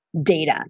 data